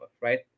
right